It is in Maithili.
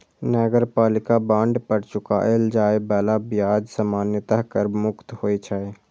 नगरपालिका बांड पर चुकाएल जाए बला ब्याज सामान्यतः कर मुक्त होइ छै